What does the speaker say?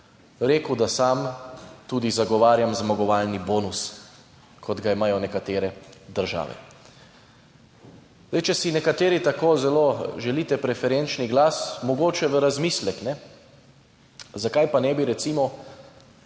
rekel, da sam tudi zagovarjam zmagovalni bonus kot ga imajo nekatere države. Zdaj, če si nekateri tako zelo želite preferenčni glas, mogoče v razmislek, zakaj pa ne bi recimo